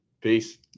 Peace